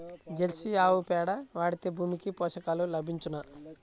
Jersey ఆవు పేడ వాడితే భూమికి పోషకాలు లభించునా?